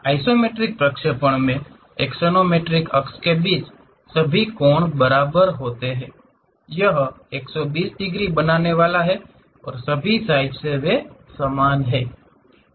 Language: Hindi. आइसोमेट्रिक प्रक्षेपण में एक्सोनोमेट्रिक अक्ष के बीच सभी कोण बराबर होते हैं यह 120 डिग्री बनाने वाला है और सभी साइड से वे समान हैं